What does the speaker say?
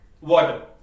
water